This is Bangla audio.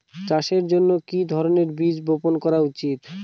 চাষের কাজে কি ধরনের বীজ বপন করা উচিৎ?